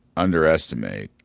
underestimate